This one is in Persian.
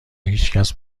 هیچکس